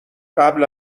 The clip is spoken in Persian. قبل